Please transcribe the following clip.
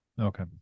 okay